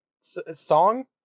song